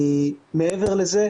מעבר לזה,